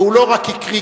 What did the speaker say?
והוא לא רק הקריא,